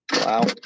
Wow